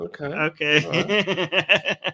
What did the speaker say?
Okay